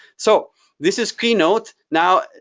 so this is keynote. now,